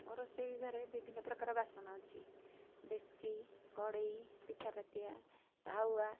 ମୋ ରୋଷେଇ ଘରେ ବିଭିନ୍ନ ପ୍ରକାର ବାସନ ଅଛି ଡେକଚି କଡ଼େଇ ପିଠାପାତିଆ ତାୱା